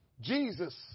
Jesus